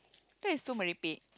that is so merepek